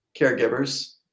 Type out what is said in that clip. Caregivers